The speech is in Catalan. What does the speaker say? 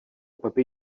paper